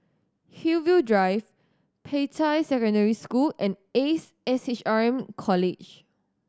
Hillview Drive Peicai Secondary School and Ace S H R M College